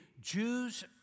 Jews